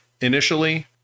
initially